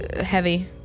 heavy